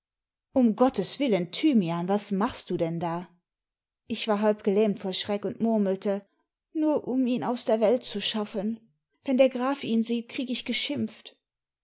um gottes willen thymian was machst du denn da ich war halb gelähmt vor schreck und murmelte nur um ihn aus der welt zu schaffen wenn der graf ihn sieht krieg ich geschimpft